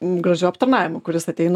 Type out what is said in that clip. gražiu aptarnavimu kuris ateina